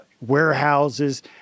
warehouses